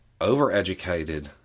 Overeducated